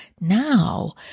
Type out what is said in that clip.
now